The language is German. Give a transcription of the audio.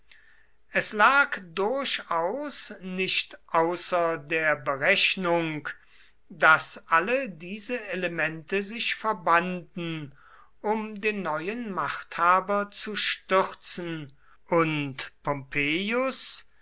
es lag durchaus nicht außer der berechnung daß alle diese elemente sich verbanden um den neuen machthaber zu stürzen und pompeius